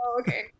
okay